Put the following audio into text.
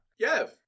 Yev